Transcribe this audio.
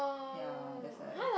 ya that's like